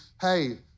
hey